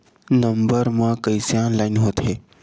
Number मा कइसे online होथे?